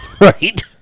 Right